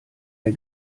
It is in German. der